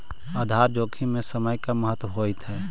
आधार जोखिम में समय के का महत्व होवऽ हई?